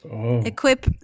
Equip